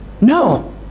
No